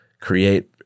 create